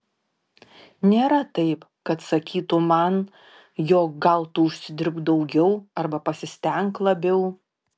nėra taip kad sakytų man jog gal tu užsidirbk daugiau arba pasistenk labiau